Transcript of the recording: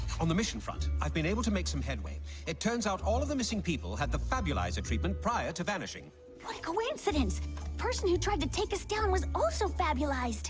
on the mission front i've been able to make some headway it turns out all of the missing people had the fabulous a treatment prior to vanishing by coincidence person who tried to take us down was also fabulous.